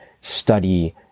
study